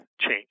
change